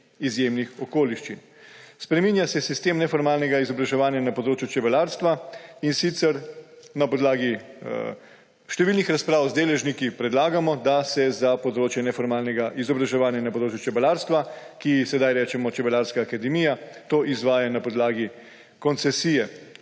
izjemnih okoliščin. Spreminja se sistem neformalnega izobraževanja na področju čebelarstva, in sicer na podlagi številnih razprav z deležniki predlagamo, da se za področje neformalnega izobraževanja na področju čebelarstva, ki ji sedaj rečemo čebelarska akademija, to izvaja na podlagi koncesije